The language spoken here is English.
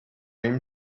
him